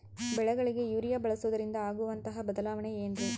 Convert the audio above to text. ಬೆಳೆಗಳಿಗೆ ಯೂರಿಯಾ ಬಳಸುವುದರಿಂದ ಆಗುವಂತಹ ಬದಲಾವಣೆ ಏನ್ರಿ?